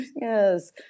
Yes